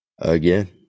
again